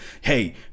Hey